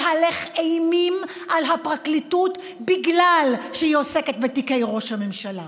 להלך אימים על הפרקליטות בגלל שהיא עוסקת בתיקי ראש הממשלה.